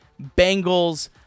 Bengals